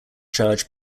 charge